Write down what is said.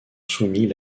soumis